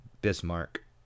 Bismarck